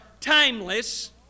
timeless